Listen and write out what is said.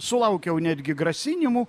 sulaukiau netgi grasinimų